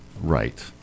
right